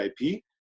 IP